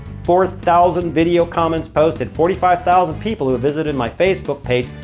four thousand video comments posted. forty five thousand people who visited my facebook page.